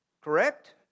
Correct